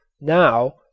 Now